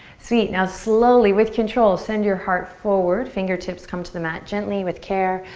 sweet, now slowly with control, send your heart forward. fingertips come to the mat gently, with care.